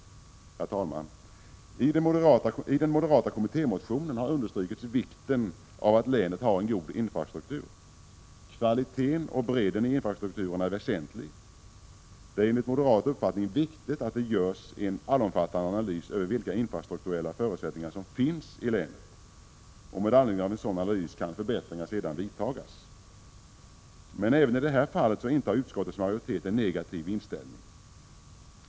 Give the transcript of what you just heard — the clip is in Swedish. Herr talman! I den moderata kommittémotionen har understrukits vikten av att länet har en god infrastruktur. Kvalitén och bredden i infrastrukturen är väsentlig. Det är enligt moderat uppfattning viktigt att det görs en allomfattande analys över vilka infrastrukturella förutsättningar som finns i länet. Med ledning av en sådan analys kan förbättringar sedan vidtas. Även i detta avseende intar utskottets majoritet en negativ inställning.